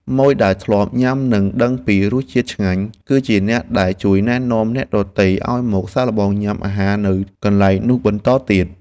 ម៉ូយដែលធ្លាប់ញ៉ាំនិងដឹងពីរសជាតិឆ្ងាញ់ គឺជាអ្នកដែលជួយណែនាំអ្នកដទៃឱ្យមកសាកល្បងញ៉ាំអាហារនៅកន្លែងនោះបន្តទៀត។